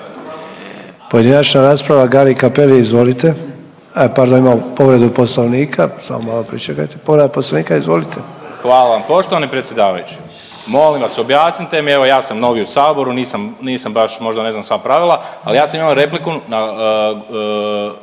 Pojedinačna rasprava, Gari Cappelli, izvolite. A pardon, imamo povredu Poslovnika, samo malo pričekajte. Povreda Poslovnika, izvolite. **Milanović Litre, Marko (Hrvatski suverenisti)** Hvala. Poštovani predsjedavajući, molim vas, objasnite mi, evo ja sam novi u Saboru, nisam baš, možda ne znam sva pravila, ali ja sam imao repliku na